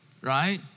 right